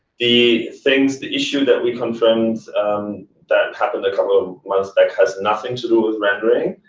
the things the issue that we confirmed that happened a couple of ah months back has nothing to do with rendering.